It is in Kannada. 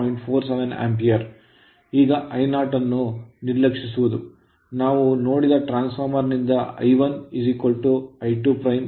ಈಗ I0 ಅನ್ನು ನಿರ್ಲಕ್ಷಿಸುವುದು ನಾವು ನೋಡಿದ ಟ್ರಾನ್ಸ್ ಫಾರ್ಮರ್ ನಿಂದ I1 I2' 35